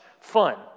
fun